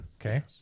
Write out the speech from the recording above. Okay